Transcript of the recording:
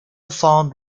found